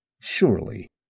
Surely